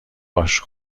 باش